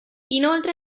inoltre